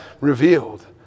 revealed